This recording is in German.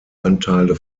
anteile